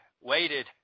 waited